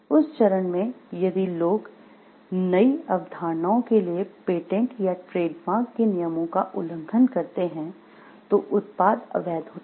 उस चरण में यदि लोग नई अवधारणाओं के लिए पेटेंट या ट्रेडमार्क के नियमों का उल्लंघन करते है तो उत्पाद अवैध होता है